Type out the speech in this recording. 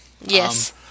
Yes